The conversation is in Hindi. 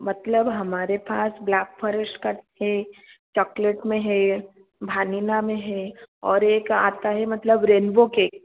मतलब हमारे पास ब्लैक फौरेस्ट कट है चौक्लेट में है भानिला में है और एक आता है मतलब रेनबो केक